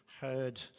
heard